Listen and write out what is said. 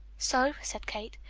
so? said kate.